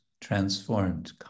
transformed